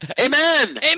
Amen